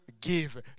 give